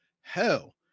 Hell